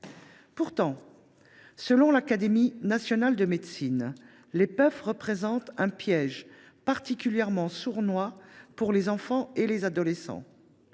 Pourtant, selon l’Académie nationale de médecine, la puff « constitue un piège particulièrement sournois pour les enfants et les adolescents